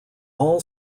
all